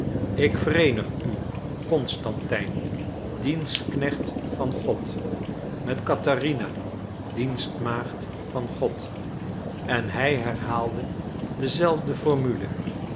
ik vereenig u constantijn dienstknecht van god met catharina dienstmaagd van god en hij herhaalde dezelfde formule